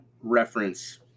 reference